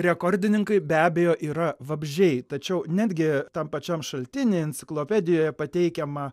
rekordininkai be abejo yra vabzdžiai tačiau netgi tam pačiam šaltiny enciklopedijoje pateikiama